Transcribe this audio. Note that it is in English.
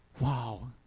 wow